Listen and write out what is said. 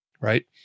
right